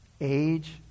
Age